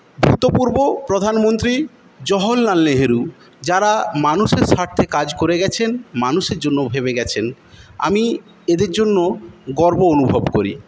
ভূতপূর্ব প্রধানমন্ত্রী জওহরলাল নেহেরু যারা মানুষের স্বার্থে কাজ করে গেছেন মানুষের জন্য ভেবে গেছেন আমি এদের জন্য গর্ব অনুভব করি